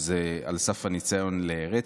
שזה על סף הניסיון לרצח.